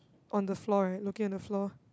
on the floor right looking at the floor